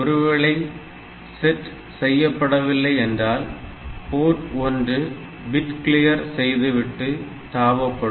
ஒருவேளை செட் செய்யப்படவில்லை என்றால் போர்ட் 1 பிட் கிளியர் செய்துவிட்டு தாவப்படும்